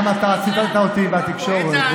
מכיוון שגם אתה ציטטת אותי בתקשורת,